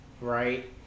right